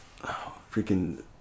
freaking